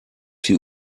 die